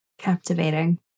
Captivating